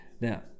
Now